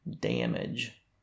damage